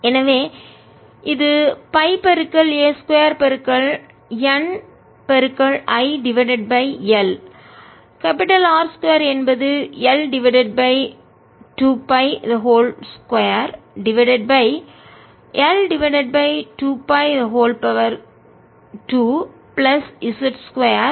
எனவே இது pi a 2 N I divided by L R 2 என்பது L divided by 2π 2 divided by L divided by 2பை 2 plus Z 2 32